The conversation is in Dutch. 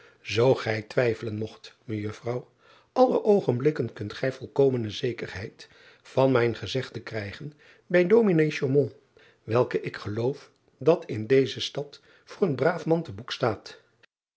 oo gij twijfelen mogt ejuffrouw alle oogenblikken kunt gij volkomene zekerheid van mijn gezegde krijgen bij s welke ik geloof dat in deze stad voor een braaf man te boek staat